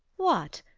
what!